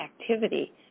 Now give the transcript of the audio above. activity